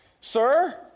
Sir